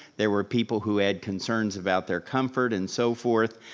there were people who had concerns about their comfort and so forth.